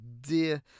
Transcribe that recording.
dear